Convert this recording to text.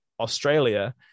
Australia